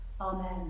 Amen